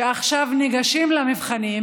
שעכשיו ניגשים למבחנים,